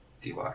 DY